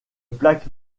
plaque